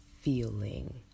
feeling